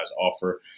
offer